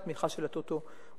על תמיכה של ה"טוטו ווינר",